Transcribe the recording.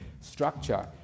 structure